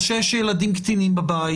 או שיש ילדים קטינים בבית,